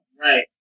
Right